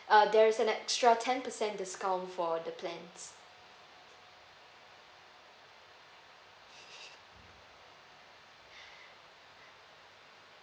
uh there's an extra ten percent discount for the plans